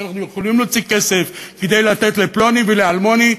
שאנחנו יכולים להוציא כסף כדי לתת לפלוני ולאלמוני?